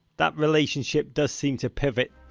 that relationship does seem to pivot.